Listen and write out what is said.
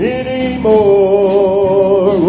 anymore